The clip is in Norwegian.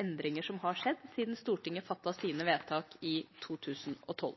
endringer som har skjedd siden Stortinget fattet sine vedtak i 2012.